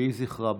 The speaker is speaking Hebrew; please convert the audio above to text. יהי זכרה ברוך.